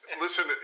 listen